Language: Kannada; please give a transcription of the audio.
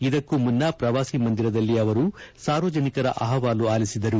ಇದಕ್ಕೂ ಮುನ್ನ ಪ್ರವಾಸಿ ಮಂದಿರದಲ್ಲಿ ಅವರು ಸಾರ್ವಜನಿಕರ ಅಹವಾಲು ಆಲಿಸಿದರು